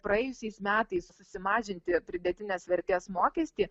praėjusiais metais susimažinti pridėtinės vertės mokestį